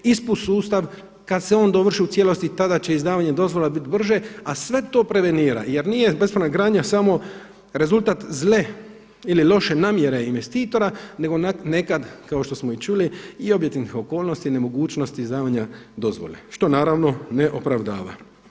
ISPU sustav kada se on dovrši u cijelosti tada će izdavanje dozvola biti brže, a sve to prevenira jer nije bespravna gradnja samo rezultat zle ili noše namjere investitora nego nekad, kao što smo i čuli i objektivnih okolnosti, nemogućnosti izdavanja dozvole što naravno ne opravdava.